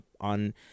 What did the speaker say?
on –